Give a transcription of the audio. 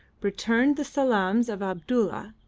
returned the salaams of abdulla,